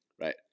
right